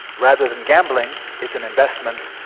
rather than gambling it's an investment,